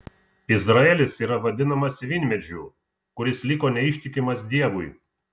izraelis yra vadinamas vynmedžiu kuris liko neištikimas dievui